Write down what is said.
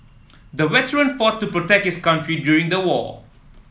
the veteran fought to protect his country during the war